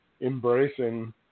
embracing